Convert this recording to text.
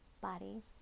bodies